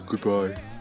Goodbye